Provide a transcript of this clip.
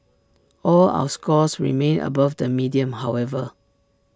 all our scores remain above the median however